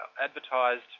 advertised